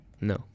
No